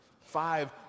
five